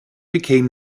became